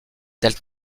del